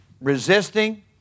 resisting